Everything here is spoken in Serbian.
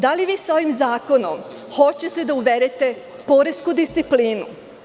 Da li vi sa ovim zakonom hoćete da uvedete poresku disciplinu?